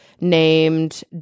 named